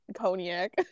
cognac